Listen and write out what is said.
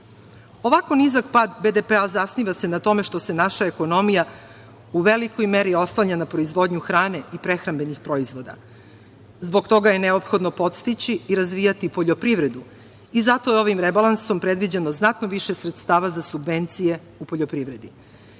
nizak pad BDP-a zasniva se na tome što se naša ekonomija u velikoj meri oslanja na proizvodnju hrane i prehrambenih proizvoda. Zbog toga je neophodno podstaći i razvijati poljoprivredu i zato je ovim rebalansom predviđeno znatno više sredstava za subvencije u poljoprivredi.